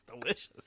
Delicious